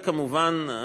כמובן,